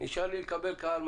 מתי נשאר לי לקבל קהל?